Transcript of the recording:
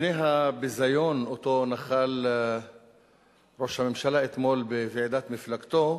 לפני הביזיון שנחל ראש הממשלה אתמול בוועידת מפלגתו,